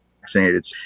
vaccinated